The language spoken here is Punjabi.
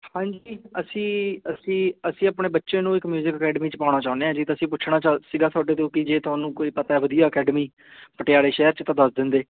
ਹਾਂਜੀ ਅਸੀਂ ਅਸੀਂ ਅਸੀਂ ਆਪਣੇ ਬੱਚੇ ਨੂੰ ਇੱਕ ਮਿਊਜ਼ਿਕ ਅਕੈਡਮੀ 'ਚ ਪਾਉਣਾ ਚਾਹੁੰਦੇ ਹਾਂ ਜੀ ਤਾਂ ਅਸੀਂ ਪੁੱਛਣਾ ਚਾ ਸੀਗਾ ਤੁਹਾਡੇ ਤੋਂ ਕਿ ਜੇ ਤੁਹਾਨੂੰ ਕੋਈ ਪਤਾ ਵਧੀਆ ਅਕੈਡਮੀ ਪਟਿਆਲੇ ਸ਼ਹਿਰ 'ਚ ਤਾਂ ਦੱਸ ਦਿੰਦੇ